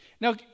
Now